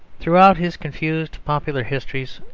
throughout his confused popular histories,